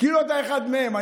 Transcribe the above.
כאילו אתה אחד מהם.